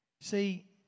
See